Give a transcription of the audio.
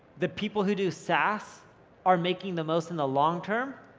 the people who do sas are making the most in the long term,